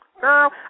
Girl